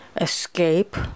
escape